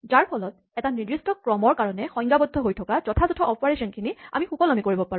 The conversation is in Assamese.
যাৰফলত এটা নিৰ্দিষ্ট ক্ৰমৰ কাৰণে সংজ্ঞাবদ্ধ হৈ থকা যথাযথ অপাৰেচনখিনি আমি সুকলমে কৰিব পাৰোঁ